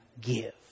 give